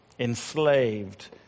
enslaved